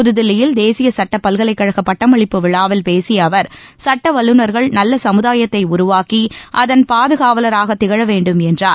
புதுதில்லியில் தேசிய சுட்டப் பல்கலைக்கழக பட்டமளிப்பு விழாவில் பேசிய அவர் சுட்ட வல்லுநர்கள் நல்ல சமுதாயத்தை உருவாக்கி அதன் பாதுகாவலராக திகழ வேண்டும் என்றார்